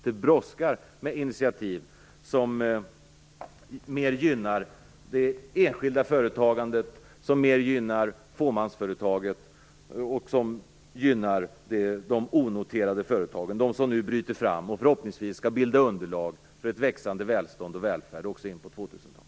Det brådskar med initiativ som mer gynnar det enskilda företagandet, fåmansföretaget och de onoterade företagen - de som nu bryter fram och förhoppningsvis skall bilda underlag för växande välstånd och välfärd också in på tvåtusentalet.